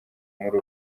muri